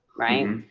right?